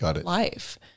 life